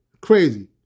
Crazy